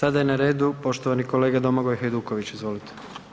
Sada je na redu poštovani kolega Domagoj Hajduković, izvolite.